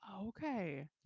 Okay